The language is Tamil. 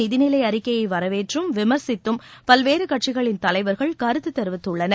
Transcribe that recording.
நிதிநிலை அறிக்கையை வரவேற்றும் விமர்சித்தும் பல்வேறு கட்சிகளின் தலைவர்கள் கருத்து தெரிவித்துள்ளனர்